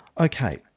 Okay